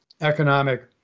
economic